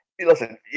Listen